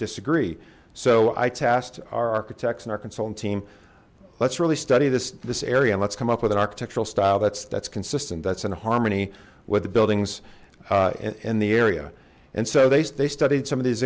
disagree so i tast architects in arkansas and team let's really study this this area and let's come up with an architectural style that's that's consistent that's in harmony with the buildings in the area and so they studied some